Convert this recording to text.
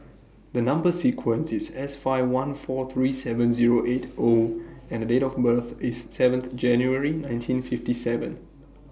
The Number sequence IS S five one four three seven Zero eight O and Date of birth IS seventh January nineteen fifty seven